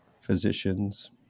physicians